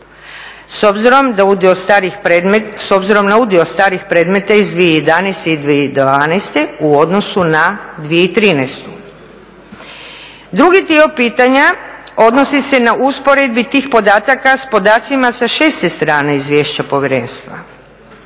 s obzirom na udio starih predmeta iz 2011. i 2012. u odnosu na 2013. Drugi dio pitanja odnosi se na usporedbu tih podataka s podacima sa 6 strane izvješća povjerenstva.